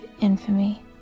infamy